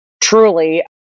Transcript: Truly